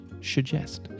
Suggest